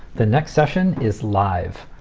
the next session is live.